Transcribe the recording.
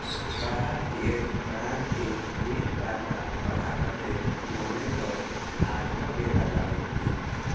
ᱯᱟᱲᱦᱟᱣ ᱠᱮᱫᱼᱟᱹᱧ ᱯᱟᱲᱦᱟᱣ ᱠᱮᱜᱼᱟᱹᱧ ᱢᱤᱫᱼᱵᱟᱨ ᱫᱷᱟᱣ ᱯᱟᱲᱦᱟᱣ ᱠᱟᱛᱮ ᱢᱚᱱᱮ ᱫᱚ ᱟᱨᱦᱚᱸ ᱜᱮ ᱞᱟᱜᱟᱣᱮᱱ ᱛᱤᱧᱟᱹ